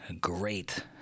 great